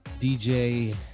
DJ